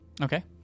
Okay